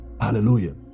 hallelujah